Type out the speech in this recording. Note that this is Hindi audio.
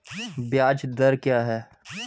ब्याज दर क्या है?